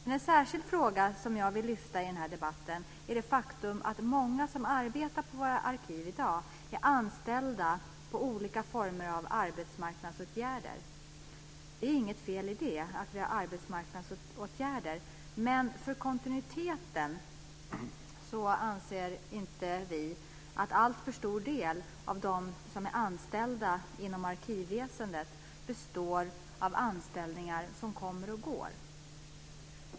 En särskilt fråga som jag vill lyfta fram i debatten är det faktum att många som arbetar på våra arkiv i dag är anställda i olika former av arbetsmarknadsåtgärder. Det är inget fel i att vi har arbetsmarknadsåtgärder. Men för kontinuiteten anser vi att inte alltför stor del av de anställda inom arkivväsendet ska bestå av anställda som kommer och går.